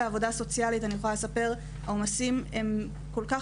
בעבודה סוציאלית העומסים הם כל כך